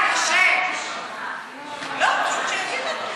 פשוט שיגיד את זה.